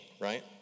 right